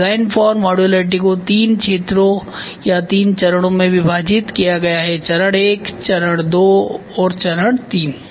तो design for modularity को तीन क्षेत्रों या तीन चरणों में विभाजित किया गया है चरण I चरण II और चरण III